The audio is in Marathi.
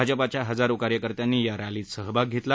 भाजपाच्या हजारो कार्यकर्त्यांनी या रॅलीत सहभाग घेतला